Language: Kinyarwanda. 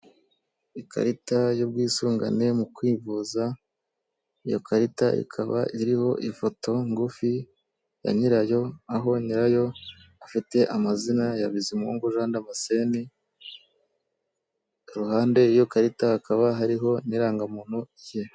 Ikarita y'ubwisungane mu kwivuza, iyo karita ikaba iriho ifoto ngufi ya nyirayo aho nyirayo afite amazina ya bizimungu jean damascene ku ruhande rwiyo karita hakaba hariho n'irangamuntu ye .